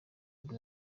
nibwo